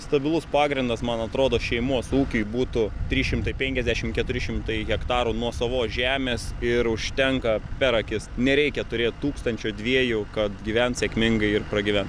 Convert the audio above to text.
stabilus pagrindas man atrodo šeimos ūkiui būtų trys šimtai penkiasdešimt keturi šimtai hektarų nuosavos žemės ir užtenka per akis nereikia turėt tūkstančio dviejų kad gyvent sėkmingai ir pragyvent